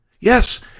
Yes